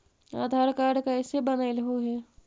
आधार card कईसे बनैलहु हे?